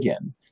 again